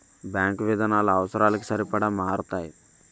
bank విధానాలు అవసరాలకి సరిపడా మారతాయి